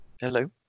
hello